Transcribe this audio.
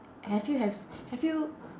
have you have have you